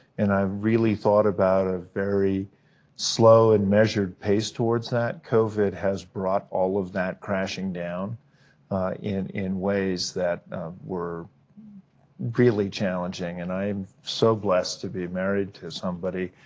and i really thought about a very slow and measured pace towards that. covid has brought all of that crashing down in in ways that were really challenging. and i'm so blessed to be married to somebody